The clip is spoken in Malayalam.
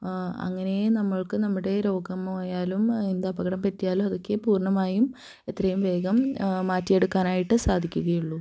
അങ്ങനെയേ നമ്മള്ക്ക് നമ്മുടെ രോഗമായാലും എന്ത് അപകടം പറ്റിയാലും അതൊക്കെ പൂര്ണ്ണമായും എത്രയും വേഗം മാറ്റിയെടുക്കാനായിട്ട് സാധിക്കുകയുള്ളൂ